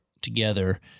together